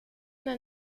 una